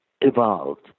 evolved